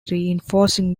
reinforcing